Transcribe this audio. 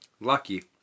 Lucky